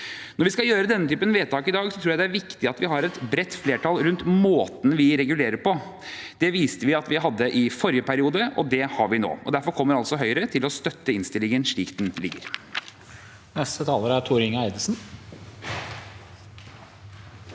Når vi skal gjøre denne typen vedtak i dag, tror jeg det er viktig at vi har et bredt flertall rundt måten vi regulerer på. Det viste vi at vi hadde i forrige periode, og det har vi nå. Derfor kommer altså Høyre til å støtte innstillingen slik den foreligger. Tor Inge Eidesen